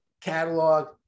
catalog